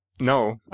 No